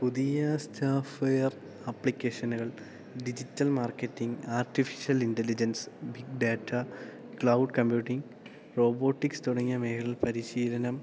പുതിയ സ്റ്റോഫ്വെയർ അപ്ലിക്കേഷനുകൾ digital marketing artificial intelligence big data cloud computing robotics തുടങ്ങിയ മേഖലയിൽ പരിശീലനം